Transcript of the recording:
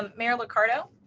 ah mayor liccardo.